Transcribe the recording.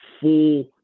full